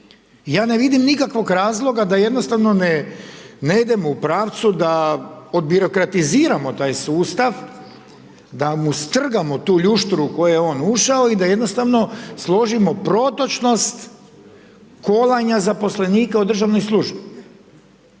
Ja ne vidim nikakvog razloga, da jednostavno, ne ne idemo u pravcu da od birokratiziramo taj sustav, da mu strgamo tu ljušturu u koju je on ušao i da jednostavno složimo protočnost kolanja zaposlenika u državnoj službi.